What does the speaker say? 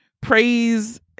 Praise